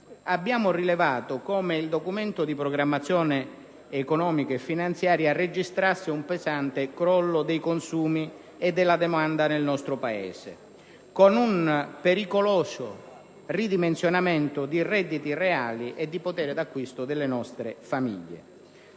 abbiamo rilevato come il Documento di programmazione economico‑finanziaria registrasse un pesante crollo dei consumi e della domanda nel nostro Paese, con un pericoloso ridimensionamento dei redditi reali e del potere d'acquisto delle nostre famiglie.